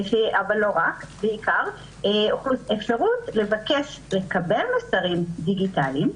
אבל לא רק, אפשרות לבקש לקבל מסרים דיגיטליים,